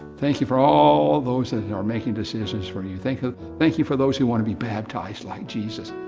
thank you for all those that are making decisions for you. thank ah thank you for those who want to be baptized like jesus.